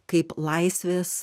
kaip laisvės